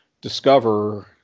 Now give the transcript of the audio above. discover